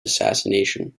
assassination